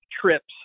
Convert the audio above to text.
trips